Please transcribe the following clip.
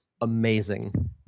amazing